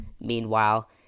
Meanwhile